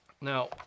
Now